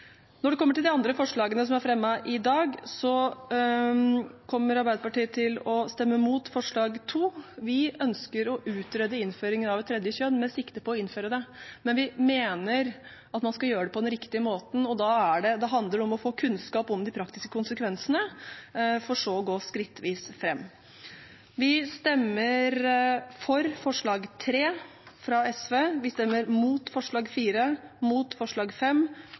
Når det kommer til de andre forslagene som er fremmet i dag: Arbeiderpartiet kommer til å stemme mot forslag nr. 2. Vi ønsker å utrede innføringen av et tredje kjønn med sikte på å innføre det, men vi mener at man skal gjøre det på den riktige måten, og da handler det om å få kunnskap om de praktiske konsekvensene for så å gå skrittvis fram. Vi stemmer for forslag nr. 3 fra SV, vi stemmer mot forslag nr. 4, mot forslag